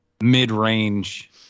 mid-range